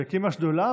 והקימה שדולה,